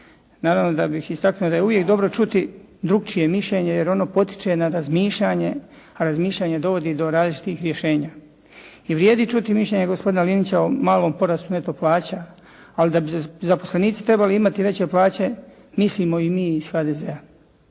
Naravno da bih istaknuo da je uvijek dobro čuti drukčije mišljenje jer ono potiče na razmišljanje, a razmišljanje dovodi do različitih rješenja. I vrijedi čuti mišljenje gospodina Linića o malom porastu neto plaća, ali da bi zaposlenici trebali imati veće plaće mislimo i mi iz HDZ-a.